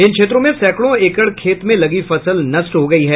इन क्षेत्रों में सैकड़ों एकड़ खेत में लगी फसल नष्ट हो गयी है